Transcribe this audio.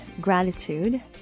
gratitude